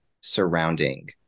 surrounding